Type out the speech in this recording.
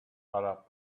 arab